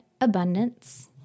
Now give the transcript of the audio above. abundance